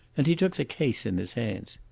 and he took the case in his hands.